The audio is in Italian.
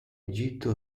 egitto